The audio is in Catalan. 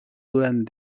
durant